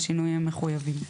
בשינויים המחויבים."